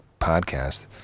podcast